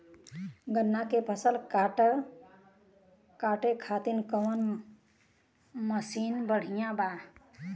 गन्ना के फसल कांटे खाती कवन मसीन बढ़ियां बा?